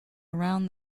around